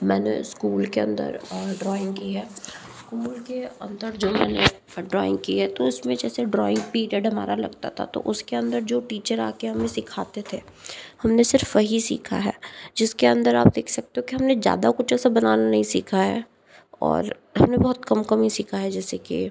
मैंने स्कूल के अंदर ड्राइंग की है स्कूल के अंदर जो मैंने ड्राइंग की है तो उस में जैसे ड्राइंग पीरियड हमारा लगता था तो उस के अंदर जो टीचर आके हमें सिखाते थे हम ने सिर्फ वही सीखा है जिसके अंदर आप देख सकते हो के हमने ज़्यादा कुछ ऐसा बनाना नहीं सीखा है और हमने बहुत कम कम ही सीखा है जैसे के